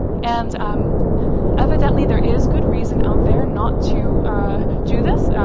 and um evidently there is good reason out there not to do this.